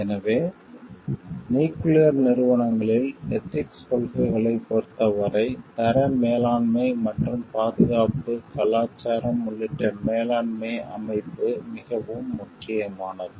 எனவே நியூக்கிளியர் நிறுவனங்களில் எதிக்ஸ் கொள்கைகளைப் பொறுத்தவரை தர மேலாண்மை மற்றும் பாதுகாப்பு கலாச்சாரம் உள்ளிட்ட மேலாண்மை அமைப்பு மிகவும் முக்கியமானது